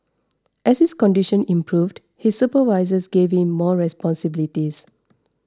as his condition improved his supervisors gave him more responsibilities